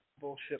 bullshit